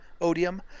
Odium